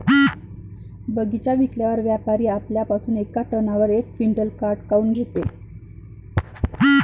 बगीचा विकल्यावर व्यापारी आपल्या पासुन येका टनावर यक क्विंटल काट काऊन घेते?